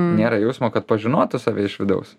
nėra jausmo kad pažinotų save iš vidaus